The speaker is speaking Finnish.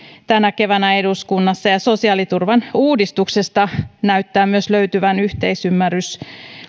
tänä keväänä eduskunnassa ja sosiaaliturvan uudistuksesta näyttää myös löytyvän yhteisymmärrys